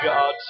God